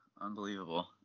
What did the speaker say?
Unbelievable